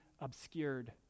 obscured